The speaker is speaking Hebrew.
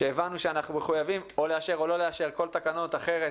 שהבנו שאנחנו מחויבים: לאשר או לא לאשר כל תקנות אחרת